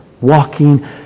Walking